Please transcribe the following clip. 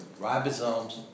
ribosomes